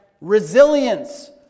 resilience